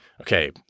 okay